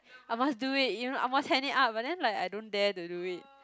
I must do it you know I must hand it up but then like I don't dare to do it